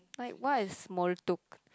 like what is Smol-Tok